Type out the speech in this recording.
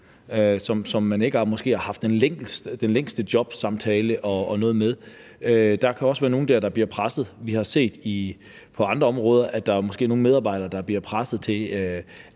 som man måske ikke har haft den længste jobsamtale og andet med. Der kan også være nogle der, der bliver presset. Vi har på andre områder set, at der måske er nogle medarbejdere, der af virksomheder